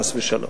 חס ושלום.